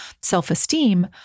self-esteem